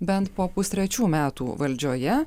bent po pustrečių metų valdžioje